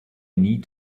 need